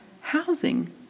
housing